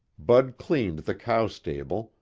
bud cleaned the cow stable,